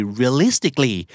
realistically